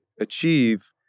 achieve